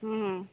ହୁଁ